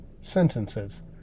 sentences